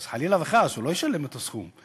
אז חלילה וחס, הוא לא ישלם את הסכום.